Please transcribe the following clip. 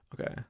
Okay